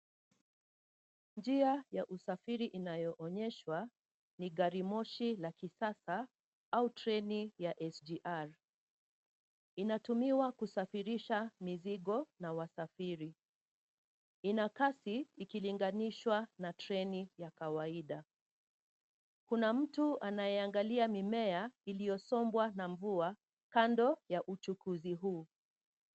Njia ya usafiri inayo-onyeshwa ni gari moshi la kisasa au treni ya SGR. Inatumiwa kusafirisha mizigo na wasafiri. Lina kasi ikilinganishwa na treni ya kawaida. Kuna mtu anayeingalia mimea iliyosombwa na mvua kando ya uchukuzi huu.